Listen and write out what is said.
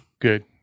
Good